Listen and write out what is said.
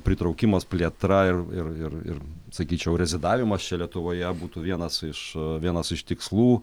pritraukimas plėtra ir ir ir ir sakyčiau rezidavimas čia lietuvoje būtų vienas iš vienas iš tikslų